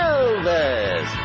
Elvis